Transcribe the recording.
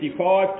55